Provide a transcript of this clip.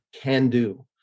can-do